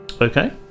Okay